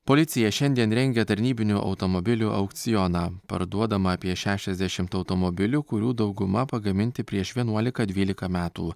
policija šiandien rengia tarnybinių automobilių aukcioną parduodama apie šešiasdešimt automobilių kurių dauguma pagaminti prieš vienuolika dvylika metų